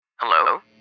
Hello